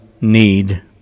need